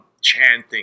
chanting